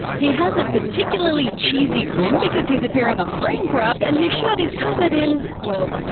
he has a particularly cheesy grin because he's appearing on braincraft and his shirt is covered in, well,